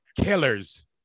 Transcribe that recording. killers